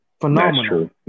phenomenal